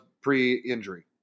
pre-injury